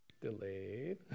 delayed